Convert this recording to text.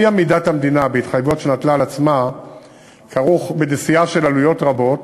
אי-עמידת המדינה בהתחייבויות שנטלה על עצמה כרוכה בנשיאה בעלויות רבות,